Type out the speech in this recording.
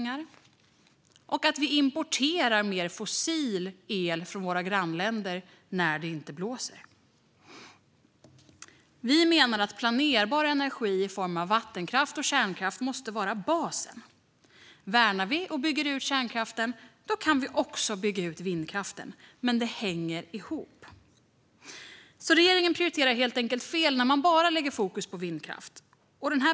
Det leder också till att Sverige importerar mer fossil el från våra grannländer när det inte blåser. Vi menar att planerbar energi i form av vattenkraft och kärnkraft måste vara basen. Om vi värnar och bygger ut kärnkraften kan vi också bygga ut vindkraften. Det hänger ihop. Regeringen prioriterar helt enkelt fel när man bara lägger fokus på vindkraft.